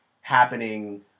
happening